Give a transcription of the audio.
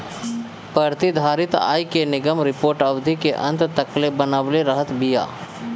प्रतिधारित आय के निगम रिपोर्ट अवधि के अंत तकले बनवले रहत बिया